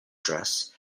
dress